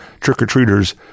trick-or-treaters